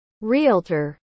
Realtor